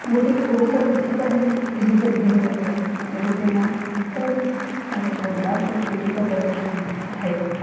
ଗୋଟେ ପୁରୁଷ ଶିକ୍ଷିତ ହେଲେ ସେହିପରି ହୋଇ ନଥାଏ ହେଲେ ଗୋଟେ ନାରୀ ଶିକ୍ଷିତ ହେଲେ ତାର ପରିବାରକୁ ଶିକ୍ଷିତ କରି ଥାଏ